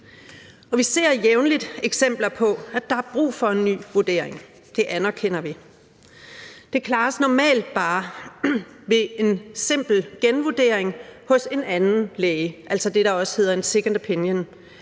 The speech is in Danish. Vi ser jævnligt eksempler på, at der er brug for en ny vurdering. Det anerkender vi. Det klares normalt bare ved en simpel genvurdering hos en anden læge – altså det, der også hedder en second opinion,